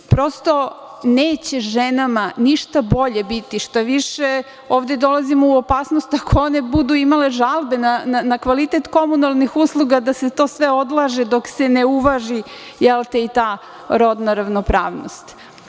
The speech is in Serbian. Prosto, neće ženama ništa bolje biti, šta više, ovde dolazimo u opasnost ako one budu imale žalbe na kvalitet komunalnih usluga da se sve to odlaže dok se uvaži i ta rodna ravnopravnost.